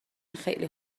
خیلی